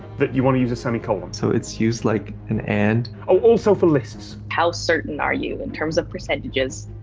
that you wanna use a semi-colon. so it's used like an and. oh, also for lists. how certain are you in terms of percentages,